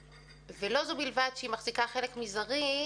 לא זו בלבד שהיא מחזיקה חלק מזערי,